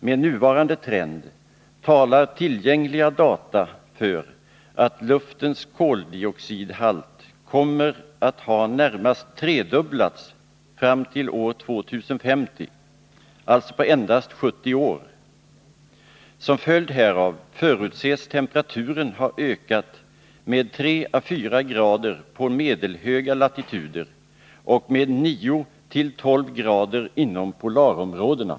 Med nuvarande trend talar tillgängliga data för att luftens koldioxidhalt kommer att ha närmast tredubblats fram till år 2050, alltså på endast 70 år. Som följd härav förutses temperaturen ha ökat med tre å fyra grader på medelhöga latituder och med nio till tolv grader inom polarområdena.